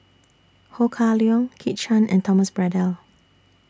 Ho Kah Leong Kit Chan and Thomas Braddell